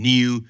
New